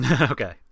Okay